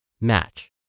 match